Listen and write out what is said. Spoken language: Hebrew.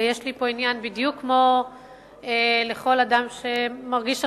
ויש לי פה עניין בדיוק כמו לכל אדם שמרגיש אחריות,